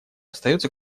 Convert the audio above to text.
остается